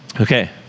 Okay